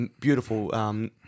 beautiful